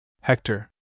Hector